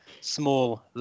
small